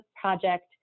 project